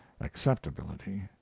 acceptability